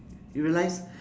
you realise